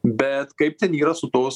bet kaip ten yra su tos